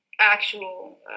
actual